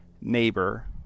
neighbor